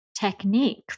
Technique